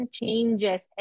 changes